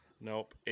Nope